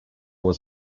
was